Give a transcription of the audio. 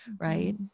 Right